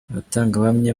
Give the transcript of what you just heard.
abatangabuhamya